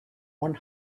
one